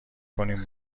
کنین